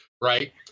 right